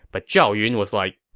but zhao yun was like,